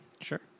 Sure